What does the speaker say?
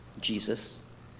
Jesus